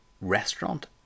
restaurant